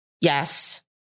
Yes